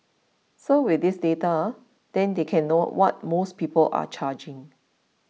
so with this data then they can know what most people are charging